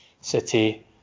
City